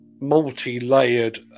multi-layered